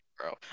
bro